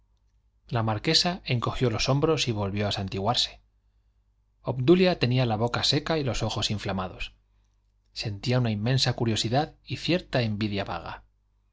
la marquesa encogió los hombros y volvió a santiguarse obdulia tenía la boca seca y los ojos inflamados sentía una inmensa curiosidad y cierta envidia vaga